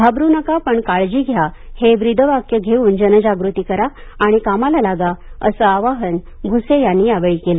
घाबरु नका पण काळजी घ्या हे ब्रिदवाक्य घेवून जनजागृती करा आणि कामाला लागा असं आवाहन भुसे यांनी यावेळी केलं